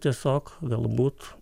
tiesiog galbūt